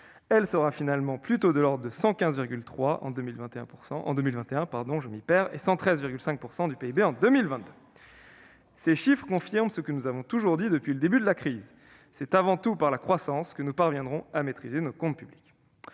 elle sera plutôt, en définitive, de 115,3 % du PIB en 2021 et de 113,5 % en 2022. Ces chiffres confirment ce que nous avons toujours dit depuis le début de la crise : c'est avant tout par la croissance que nous parviendrons à maîtriser nos comptes publics.